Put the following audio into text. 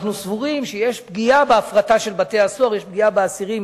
אנחנו סבורים שבהפרטה של בתי-הסוהר יש פגיעה באסירים,